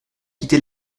quitté